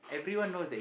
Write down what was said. everyone knows